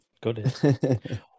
good